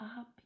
up